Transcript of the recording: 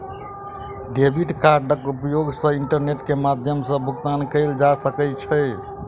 debit कार्डक उपयोग सॅ इंटरनेट के माध्यम सॅ भुगतान कयल जा सकै छै